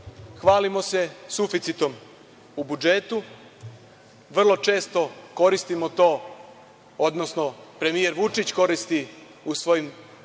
hvalimo se suficitom u budžetu. Vrlo često koristimo to, odnosno premijer Vučić koristi u svojim